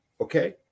Okay